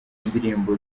indirimbo